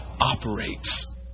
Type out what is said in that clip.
operates